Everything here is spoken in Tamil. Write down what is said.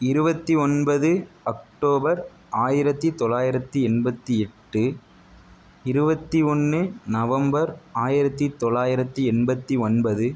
இருபத்தி ஒன்பது அக்டோபர் ஆயிரத்து தொள்ளாயிரத்து எண்பத்து எட்டு இருபத்தி ஒன்று நவம்பர் ஆயிரத்து தொள்ளாயிரத்து எண்பத்து ஒன்பது